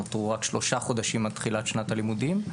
נותרו רק שלושה חודשים עד תחילת שנת הלימודים.